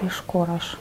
iš kur aš